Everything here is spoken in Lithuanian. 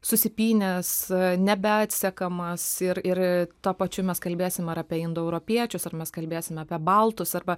susipynęs nebeatsekamas ir ir tuo pačiu mes kalbėsim ar apie indoeuropiečius ar mes kalbėsime apie baltus arba